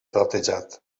platejat